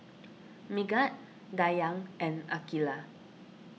Megat Dayang and Aqilah